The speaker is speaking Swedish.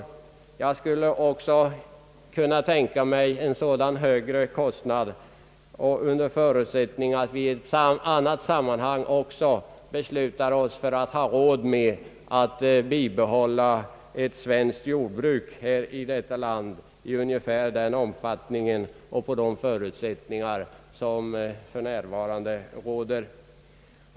Jag skulle också kunna tänka mig en sådan högre kostnad under förutsättning att vi i annat sammanhang också beslutar oss för att ha råd med att bibehålla ett svenskt jordbruk i detta land av ungefär den omfattning och på de förutsättningar som för närvarande råder.